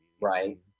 Right